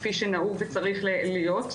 כפי שנהוג וצריך להיות.